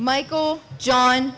michael john